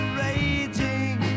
raging